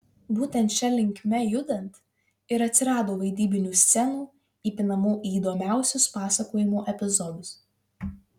būtent šia linkme judant ir atsirado vaidybinių scenų įpinamų į įdomiausius pasakojimo epizodus